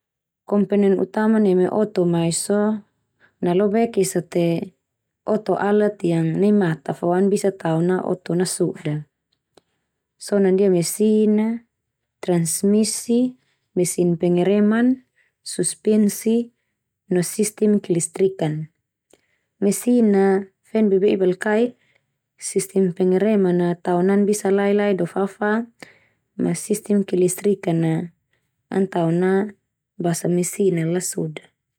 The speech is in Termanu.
Komponen utama neme oto mai so na lobek esa te oto alat yang nai mata fo an bisa tao na oto nasoda so na, ndia mesin a, transmisi, mesin pengereman, suspensi, no sistem kelistrikan. Mesin na fen bebe'i balkaik, sistem pengereman a tao nan bisa lai-ai do fa-fa, ma sistem kelistrikan na, an tao na basa mesin na lasoda.